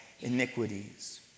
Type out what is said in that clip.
iniquities